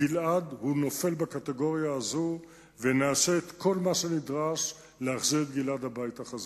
גלעד נופל בקטגוריה הזאת ונעשה את כל מה שנדרש להחזיר את גלעד הביתה.